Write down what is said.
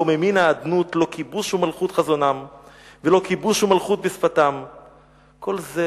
ממין האדנות / לא כיבוש ומלכות חזונם / ולא כיבוש ומלכות בשפתם".